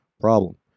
problem